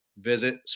Visit